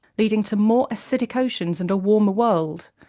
leading to more acidic oceans and a warmer world.